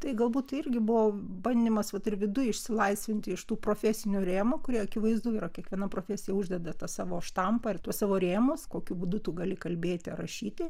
tai galbūt irgi buvo bandymas vat ir viduj išsilaisvinti iš tų profesinių rėmų kurie akivaizdu yra kiekviena profesija uždeda tą savo štampą ir tuo savo rėmus kokiu būdu tu gali kalbėti rašyti